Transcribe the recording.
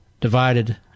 divided